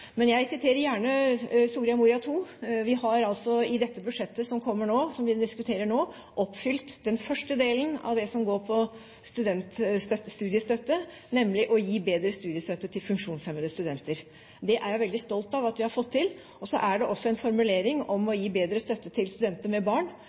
Men jeg siterer gjerne Soria Moria II. Vi har altså i det budsjettet som kommer nå, som vi diskuterer nå, oppfylt den første delen av det som går på studenter og studiestøtte, nemlig å gi bedre studiestøtte til funksjonshemmede studenter. Det er jeg veldig stolt av at vi har fått til. Og så er det også en formulering om